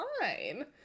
fine